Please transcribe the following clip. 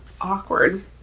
awkward